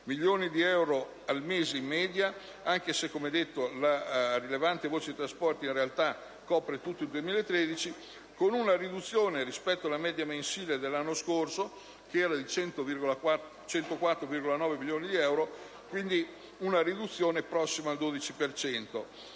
milioni di euro al mese in media - anche se, come detto, la rilevante voce dei trasporti in realtà copre tutto il 2013 - con una riduzione, rispetto alla media mensile dell'anno scorso, di 104,9 milioni di euro, molto prossima al 12